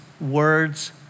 words